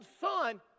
son